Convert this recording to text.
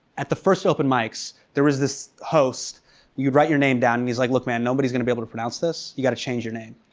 at the first open mics, there was this host you'd write your name down and he's like, look man nobody's gonna be able to pronounce this, you gotta change your name.